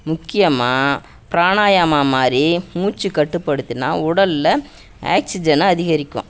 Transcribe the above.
முக்கியமாக பிராணாயாமம் மாதிரி மூச்சு கட்டுப்படுத்தினா உடலில் ஆக்ஸிஜனை அதிகரிக்கும்